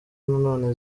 nanone